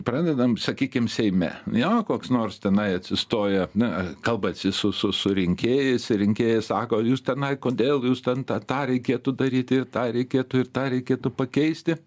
pradedam sakykim seime jo koks nors tenai atsistoja na kalbasi su su su rinkėjais ir rinkėjai sako jūs tenai kodėl jūs ten tą tą reikėtų daryti ir tą reikėtų ir tą reikėtų pakeisti